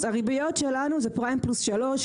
הריביות שלנו זה פריים פלוס 3,